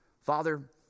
Father